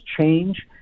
change